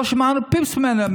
לא שמענו פיפס ממנה,